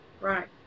right